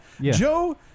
Joe